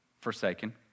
forsaken